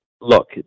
look